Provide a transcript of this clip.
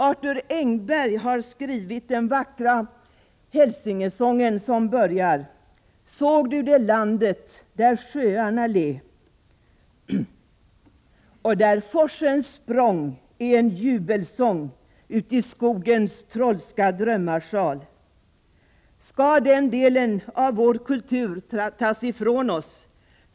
Arthur Engberg har skrivit den vackra Hälsingesången, som börjar: Såg du det landet där sjöarna le och där forsens språng är en jubelsång Skall den delen av vår kultur tas ifrån oss?